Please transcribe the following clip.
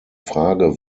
frage